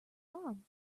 arm